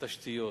תשתיות,